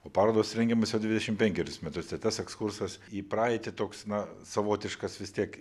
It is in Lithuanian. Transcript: o parodos rengiamos jau dvidešim penkerius metus tai tas ekskursas į praeitį toks na savotiškas vis tiek